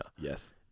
yes